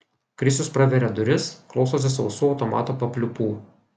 krisius praveria duris klausosi sausų automato papliūpų